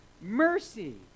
mercy